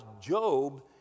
Job